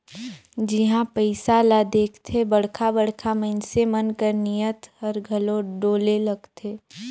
जिहां पइसा ल देखथे बड़खा बड़खा मइनसे मन कर नीयत हर घलो डोले लगथे